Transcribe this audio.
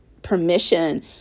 permission